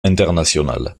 internationale